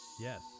Yes